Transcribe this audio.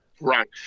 Right